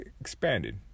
expanded